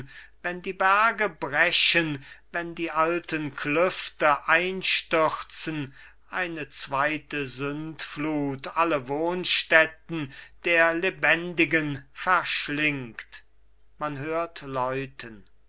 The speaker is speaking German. wenn die berge brechen wenn die alten klüfte einstürzen eine zweite sündflut alle wohnstätten der lebendigen verschlingt man hört läuten